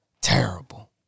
Terrible